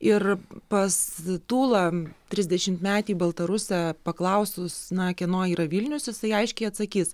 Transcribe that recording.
ir pas tūlą trisdešimtmetį baltarusą paklausus na kieno yra vilnius jisai aiškiai atsakys